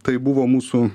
tai buvo mūsų